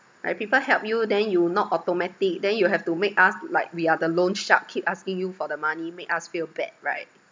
I prefer help you then you not automatic then you have to make us like we are the loan shark keep asking you for the money make us feel bad right